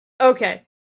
Okay